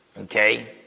okay